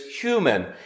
human